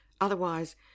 Otherwise